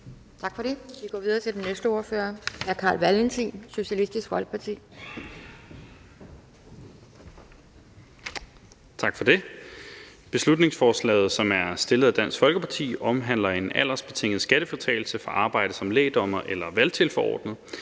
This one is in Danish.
Tak for det. Vi går videre til den næste ordfører. Hr. Carl Valentin, Socialistisk Folkeparti. Kl. 13:45 (Ordfører) Carl Valentin (SF): Tak for det. Beslutningsforslaget, som er fremsat af Dansk Folkeparti, omhandler en aldersbetinget skattefritagelse fra arbejde som lægdommer eller valgtilforordnet.